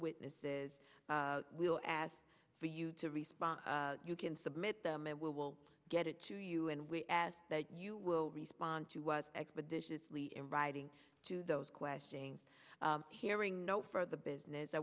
witnesses we will ask for you to respond you can submit them and we will get it to you and we ask that you will respond to was expeditiously in writing to those questioning hearing no for the business i